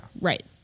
right